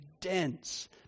dense